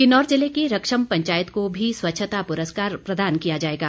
किन्नौर जिले की रक्षम पंचायत को भी स्वच्छता पुरस्कार प्रदान किया जाएगा